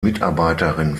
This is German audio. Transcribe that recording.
mitarbeiterin